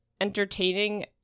entertaining